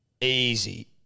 Easy